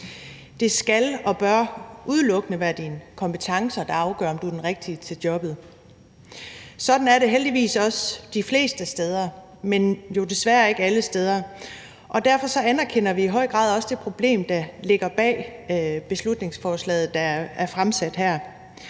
Det skal og bør udelukkende være dine kompetencer, der afgør, om du er den rigtige til jobbet. Sådan er det heldigvis også de fleste steder, men jo desværre ikke alle steder. Derfor anerkender vi i høj grad også det problem, der ligger bag beslutningsforslaget, der er fremsat her.